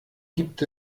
gibt